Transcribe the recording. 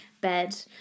bed